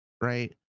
right